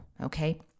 Okay